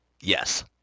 Yes